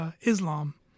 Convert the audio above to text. Islam